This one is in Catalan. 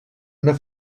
una